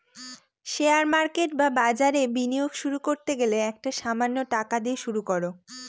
share market বা বাজারে বিনিয়োগ শুরু করতে গেলে একটা সামান্য টাকা দিয়ে শুরু করো